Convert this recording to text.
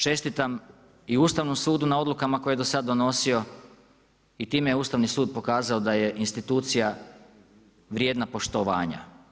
Čestitam i Ustavnom sudu na odlukama koje je do sada donosio i time je Ustavni sud pokazao da je institucija vrijedna poštovanja.